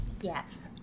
Yes